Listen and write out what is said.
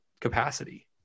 capacity